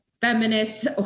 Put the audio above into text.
feminists